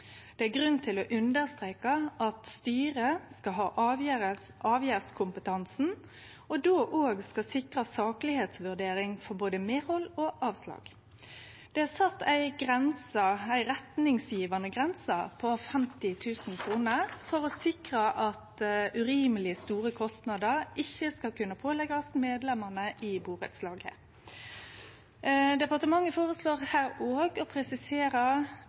Det er grunn til å understreke at styret skal ha avgjerdskompetansen, og skal då sikre saklegheitsvurdering for både medhald og avslag. Det er sett ei grense, ei retningsgjevande grense, på 50 000 kr for å sikre at urimeleg store kostnader ikkje skal kunne påleggjast medlemene i burettslaget. Departementet føreslår her å presisere